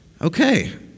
okay